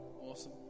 awesome